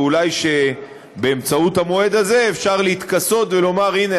ואולי באמצעות המועד הזה אפשר להתכסות ולומר: הנה,